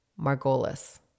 Margolis